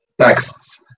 texts